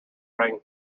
rang